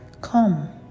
Come